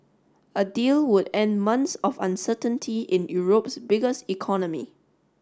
a deal would end months of uncertainty in Europe's biggest economy